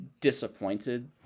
disappointed